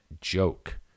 joke